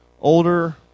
older